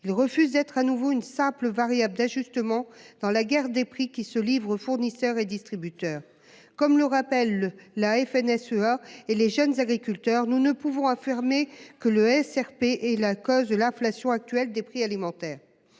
Ils refusent d'être de nouveau une simple variable d'ajustement dans la guerre des prix que se livrent fournisseurs et distributeurs. Comme le rappellent la FNSEA et les Jeunes agriculteurs, nous ne pouvons pas affirmer que le SRP est la cause de l'inflation actuelle des prix alimentaires.